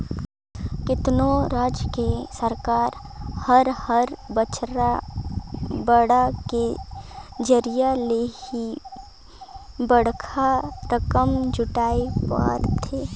केतनो राज के सरकार हर हर बछर बांड के जरिया ले ही बड़खा रकम जुटाय पाथे